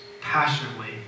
passionately